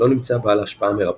לא נמצא בעל השפעה מרפאת.